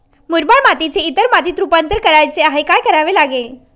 मुरमाड मातीचे इतर मातीत रुपांतर करायचे आहे, काय करावे लागेल?